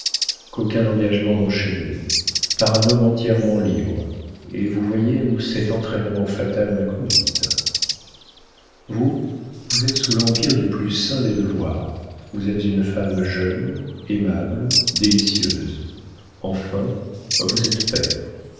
qu'aucun engagement n'enchaînait par un homme entièrement libre et vous voyez où cet entraînement fatal m'a conduite vous vous êtes sous l'empire du plus saint des devoirs vous avez une femme jeune aimable délicieuse enfin vous êtes père